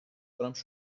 دوست